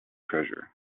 treasure